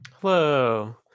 Hello